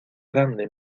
grande